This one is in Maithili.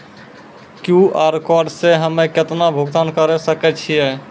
क्यू.आर कोड से हम्मय केतना भुगतान करे सके छियै?